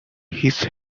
his